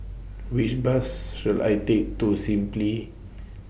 Which Bus should I Take to Simply